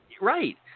Right